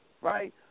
Right